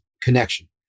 connection